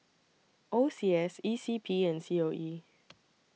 O C S E C P and C O E